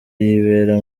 yibera